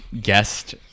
guest